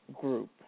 group